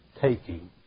taking